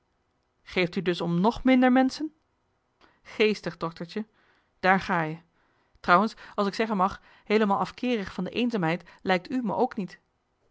geeft u dus om nog minder menschen geestig doktertje daar ga je trouwens als ik zeggen mag heelemaal afkeerig van de eenzaamheid lijkt u me ook niet